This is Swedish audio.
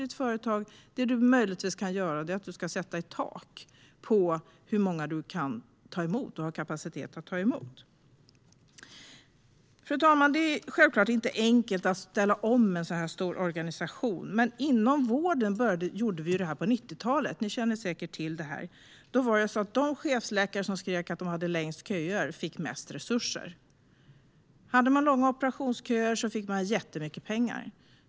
Det man möjligtvis kan göra är att sätta ett tak för hur många man har kapacitet att ta emot. Fru talman! Det är självklart inte enkelt att ställa om en så här stor organisation, men inom vården gjorde vi ju detta på 1990-talet. Ni känner säkert till det. Förut var det de chefsläkare som skrek att de hade längst köer som fick mest resurser. Hade man långa operationsköer fick man jättemycket pengar.